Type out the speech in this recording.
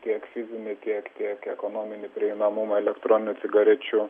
tiek fizinį tiek tiek ekonominį prieinamumą elektroninių cigarečių